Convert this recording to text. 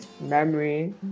Memory